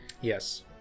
Yes